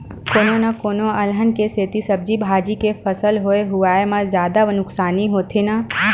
कोनो न कोनो अलहन के सेती सब्जी भाजी के फसल होए हुवाए म जादा नुकसानी होथे न